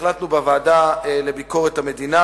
שהחלטנו בוועדה לביקורת המדינה,